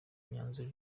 imyanzuro